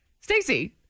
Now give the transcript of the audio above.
Stacey